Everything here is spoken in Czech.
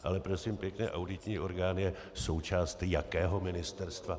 Ale prosím pěkně, auditní orgán je součást jakého ministerstva?